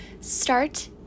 start